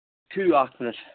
ٹھٕہرِو اَکھ مِنٹ